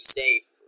safe